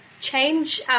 change